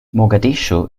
mogadischu